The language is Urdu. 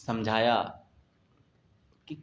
سمجھایا کہ